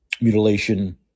mutilation